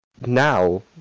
now